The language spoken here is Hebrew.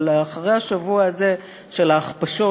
אבל אחרי השבוע הזה של ההכפשות,